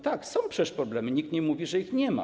Tak, są przecież problemy, nikt nie mówi, że ich nie ma.